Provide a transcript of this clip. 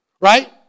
right